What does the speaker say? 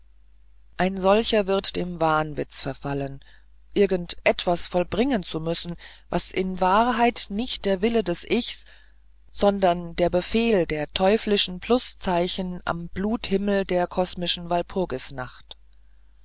ein solcher wird dem wahnwitz verfallen irgend etwas vollbringen zu müssen was in wahrheit nicht der wille des ichs ist sondern der befehl der teuflischen pluszeichen am bluthimmel der kosmischen walpurgisnacht